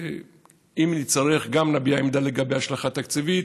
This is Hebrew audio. שאם נצטרך, גם נביע עמדה לגבי השלכה תקציבית.